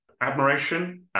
admiration